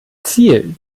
ziel